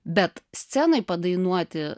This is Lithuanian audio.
bet scenoj padainuoti